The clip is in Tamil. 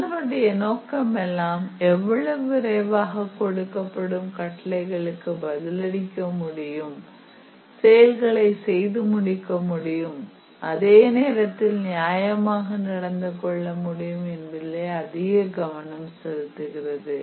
அதனுடைய நோக்கமெல்லாம் எவ்வளவு விரைவாக கொடுக்கப்படும் கட்டளைகளுக்கு பதிலளிக்க முடியும் செயல்களை செய்து முடிக்க முடியும் அதே நேரத்தில் நியாயமாக நடந்து கொள்ள முடியும் என்பதிலே அதிக கவனம் செலுத்துகிறது